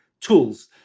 tools